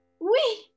Oui